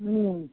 हुँ